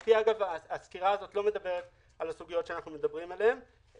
להבנתי הסקירה הזאת לא מדברת על הסוגיות שאנחנו מדברים עליהן,